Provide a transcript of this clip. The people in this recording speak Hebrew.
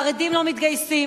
חרדים לא מתגייסים,